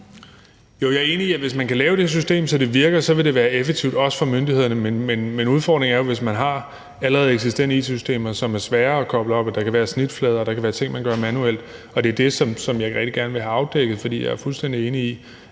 Jo, jeg er enig i, at hvis man kan lave det her system, så det virker, vil det være effektivt også for myndighederne. Men udfordringen er jo, hvis man har allerede eksisterende it-systemer, som er svære at koble op, og der kan være noget i forhold til snitflader, og der kan være ting, man gør manuelt. Og det er det, som jeg rigtig gerne vil have afdækket. For jeg er fuldstændig enig i,